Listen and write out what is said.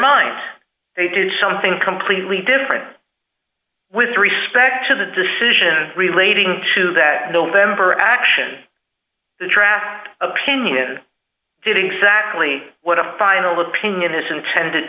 mind they did something completely different with respect to the decision relating to that november action contract opinion did exactly what the final opinion is intended